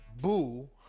boo